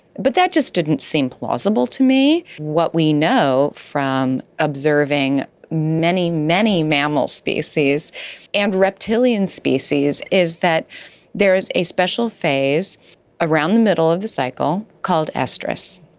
but that just didn't seem plausible to me. what we know from observing many, many mammal species and reptilian species is that there is a special phase around the middle of the cycle called oestrus.